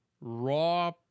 raw